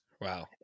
Wow